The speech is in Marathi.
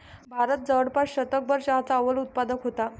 भारत जवळपास शतकभर चहाचा अव्वल उत्पादक होता